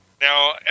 Now